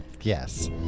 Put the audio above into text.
Yes